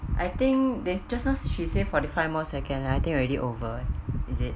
I think there just now she say forty five more seconds I think already over is it